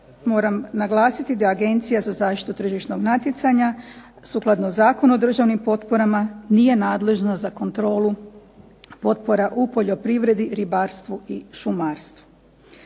moram naglasiti da Agencija za zaštitu tržišnog natjecanja sukladno Zakonu o državnim potporama nije nadležno za kontrolu potpora u poljoprivredi, ribarstvu i šumarstvu.